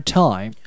time